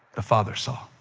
the father saw.